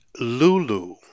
Lulu